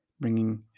bringing